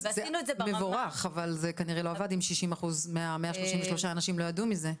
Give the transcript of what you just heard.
אז זה מבורך אבל זה כנראה לא עבד אם 60% מה-133 אנשים לא ידעו מזה.